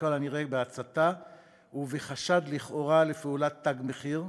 הנראה בהצתה ובחשד לכאורה לפעולת "תג מחיר".